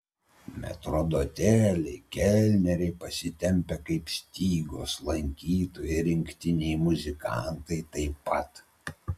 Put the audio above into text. metrdoteliai kelneriai pasitempę kaip stygos lankytojai rinktiniai muzikantai taip pat